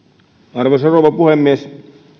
arvoisa rouva puhemies